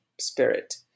spirit